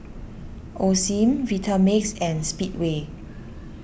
Osim Vitamix and Speedway